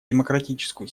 демократическую